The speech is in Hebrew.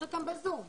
יש אותם בזום.